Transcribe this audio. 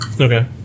Okay